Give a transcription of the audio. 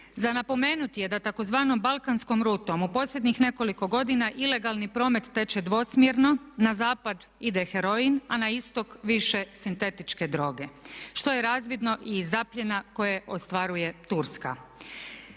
Za napomenuti je da tzv. Balkanskom rutom u posljednjih nekoliko godina ilegalni promet teče dvosmjerno, na zapad ide heroin a na istok više sintetičke droge što je razvidno i iz zapljena koje ostvaruje Turska.